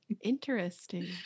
Interesting